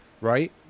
Right